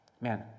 Man